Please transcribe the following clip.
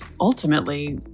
ultimately